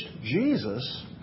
Jesus